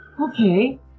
okay